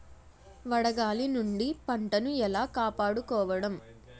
వడగాలి నుండి పంటను ఏలా కాపాడుకోవడం?